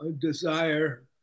desire